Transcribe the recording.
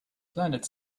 planet